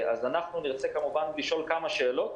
אז נרצה כמובן לשאול כמה שאלות.